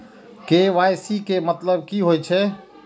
KYC के मतलब की होई छै?